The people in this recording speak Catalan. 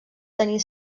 tenir